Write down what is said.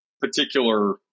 particular